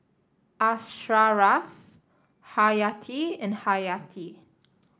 Asharaff Haryati and Haryati